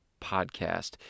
Podcast